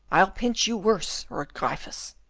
i'll pinch you worse, roared gryphus.